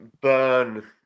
burn